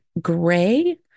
gray